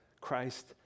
Christ